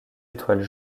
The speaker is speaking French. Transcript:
étoiles